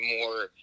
more